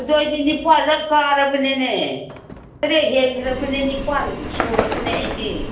ꯑꯗꯨ ꯑꯩꯗꯤ ꯅꯤꯄꯥꯜꯂꯛ ꯀꯥꯔꯕꯅꯤꯅꯦ ꯇꯔꯦꯠ ꯍꯦꯟꯈ꯭ꯔꯕꯅꯤ ꯅꯤꯄꯥꯟ ꯁꯨꯔꯕꯅꯦ ꯑꯩꯗꯤ